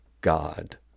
God